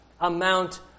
amount